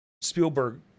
Spielberg